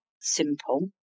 simple